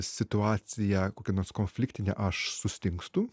situacija kokia nors konfliktinė aš sustingstu